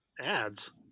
ads